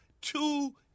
two